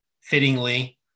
fittingly